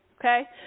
Okay